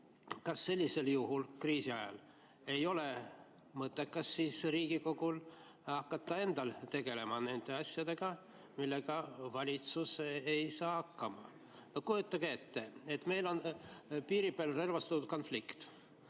kas sellisel juhul kriisi ajal ei ole mõttekas Riigikogul endal hakata tegelema nende asjadega, millega valitsus ei saa hakkama? Kujutage ette, et meil on piiri peal relvastatud konflikt